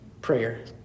prayer